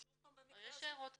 יש הערות אזהרה,